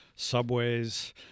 subways